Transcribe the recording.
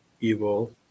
evil